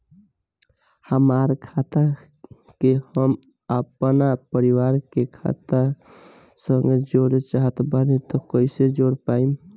हमार खाता के हम अपना परिवार के खाता संगे जोड़े चाहत बानी त कईसे जोड़ पाएम?